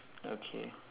okay